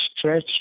stretch